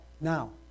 Now